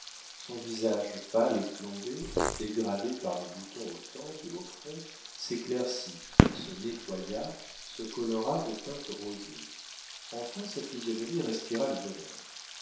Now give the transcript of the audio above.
son visage pâle et plombé dégradé par des boutons aux tempes et au front s'éclaircit se nettoya se colora de teintes rosées enfin sa physionomie respira le bonheur